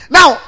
Now